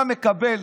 אתה מקבל